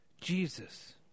Jesus